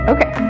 Okay